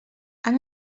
han